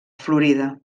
florida